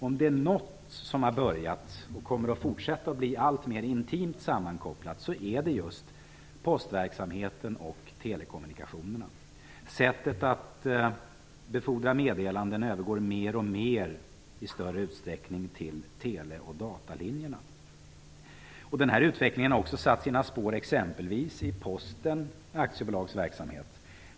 Om det är något som har börjat att bli alltmer intimt sammankopplat och kommer att fortsätta att kopplas samman, så är det just postverksamheten och telekommunikationerna. Befordringen av meddelanden övergår mer och mer till tele och datalinjerna. Denna utveckling har också satt sina spår i exempelvis Posten AB:s verksamhet.